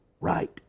right